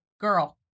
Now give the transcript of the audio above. girl